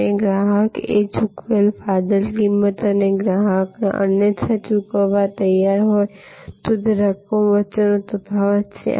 અને ગ્રાહક એ ચૂકવેલ ફાજલ કિંમત અને ગ્રાહક અન્યથા ચૂકવવા તૈયાર હોત તે રકમ વચ્ચેનો તફાવત છે